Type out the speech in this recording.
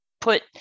put